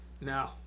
no